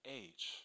age